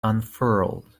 unfurled